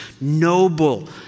noble